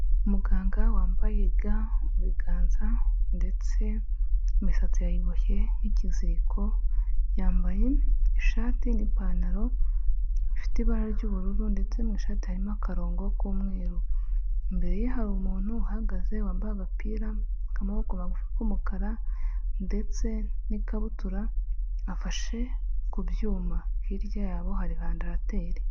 Umuganga wambaye ga mu biganza ndetse imisatsi yayiboshye nk'ikiziriko, yambaye ishati n'ipantaro, ifite ibara ry'ubururu ndetse mu ishati harimo akarongo k'umweru, imbere ye hari umuntu uhagaze wambaye agapira k'amaboko magufi k'umukara ndetse n'ikabutura, afashe ku byuma hirya yabo hari vandarateri.